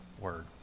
word